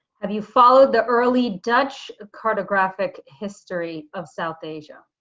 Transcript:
have you followed the early dutch ah cartographic history of south asia?